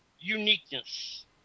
uniqueness